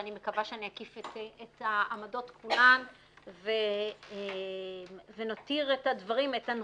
ואני מקווה שאני אקיף את העמדות כולן ונותיר את הנושאים